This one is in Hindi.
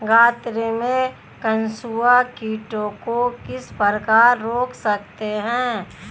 गन्ने में कंसुआ कीटों को किस प्रकार रोक सकते हैं?